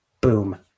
Boom